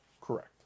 Correct